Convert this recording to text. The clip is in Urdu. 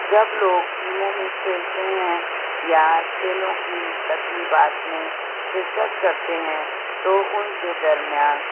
جب لوگ ٹیموں میں کھیلتے ہیں یا کھیلوں کی تقریبات میں شرکت کرتے ہیں تو ان کے درمیان